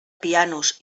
pianos